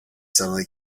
suddenly